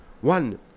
one